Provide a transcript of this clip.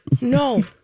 no